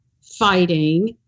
fighting